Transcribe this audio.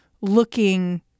looking